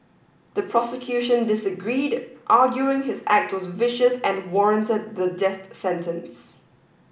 the prosecution disagreed arguing his act was vicious and warranted the death sentence